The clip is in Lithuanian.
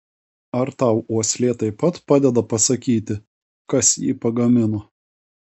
ar tau uoslė taip pat padeda pasakyti kas jį pagamino